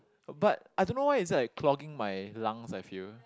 but I don't know why is it like clogging my lungs I feel